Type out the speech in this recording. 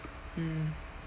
mm